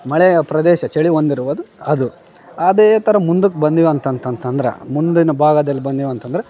ಮಳೆಯ ಪ್ರದೇಶ ಚಳಿ ಒಂದು ಇರಬೌದು ಅದು ಅದೇ ಥರ ಮುಂದಕ್ಕೆ ಬಂದೆವು ಅಂತಂತಂತಂದ್ರ ಮುಂದಿನ ಭಾಗದಲ್ಲಿ ಬಂದೆವು ಅಂತಂದ್ರೆ